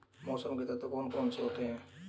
मौसम के तत्व कौन कौन से होते हैं?